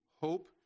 hope